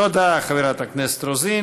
תודה, חברת הכנסת רוזין.